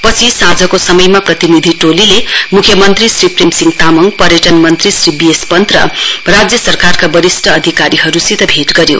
पछि साँझको समयमा प्रतिनिधि टोलीले मुख्यमन्त्री श्री प्रेमसिंह तामङ पर्यटन मन्त्री श्री बी एस पन्त र राज्य सरकारका वरिष्ट अधिकारीहरूसित भेट गर्यो